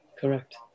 Correct